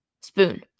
Spoon